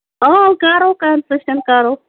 آ کرو کَنسیشن کَرو